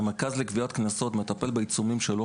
המרכז לגביית קנסות מטפל בעיצומים שלא